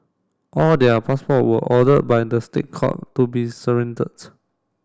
all their passport were ordered by the State Court to be surrendered